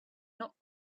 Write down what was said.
not